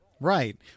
Right